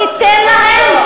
תיתן להם,